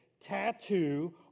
tattoo